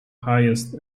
highest